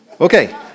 Okay